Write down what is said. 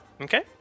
Okay